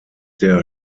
der